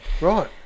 right